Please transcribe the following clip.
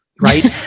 right